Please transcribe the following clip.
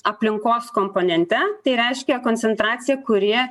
aplinkos komponente tai reiškia koncentracija kuri